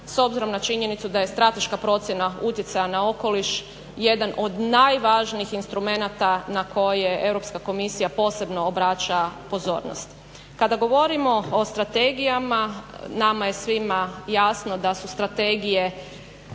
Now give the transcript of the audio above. s obzirom na činjenicu da je strateška procjena utjecaja na okoliš jedan od najvažnijih instrumenata na koje Europska komisija posebno obraća pozornost. Kada govorimo o strategijama, nama je svima jasno da su strategije